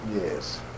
Yes